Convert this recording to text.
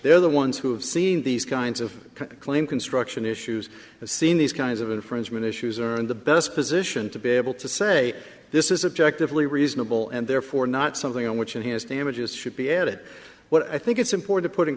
they're the ones who have seen these kinds of claim construction issues and seen these kinds of infringement issues are in the best position to be able to say this is objective lee reasonable and therefore not something on which enhanced images should be added but i think it's important to put in